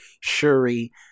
shuri